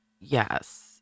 Yes